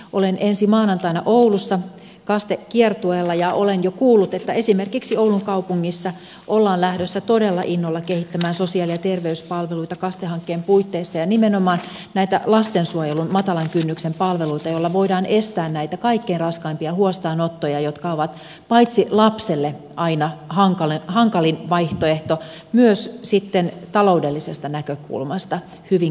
olen ensi maanantaina oulussa kaste kiertueella ja olen jo kuullut että esimerkiksi oulun kaupungissa ollaan lähdössä todella innolla kehittämään sosiaali ja terveyspalveluita kaste hankkeen puitteissa ja nimenomaan näitä lastensuojelun matalan kynnyksen palveluita joilla voidaan estää näitä kaikkein raskaimpia huostaanottoja jotka ovat paitsi lapselle aina hankalin vaihtoehto myös sitten taloudellisesta näkökulmasta hyvin kalliita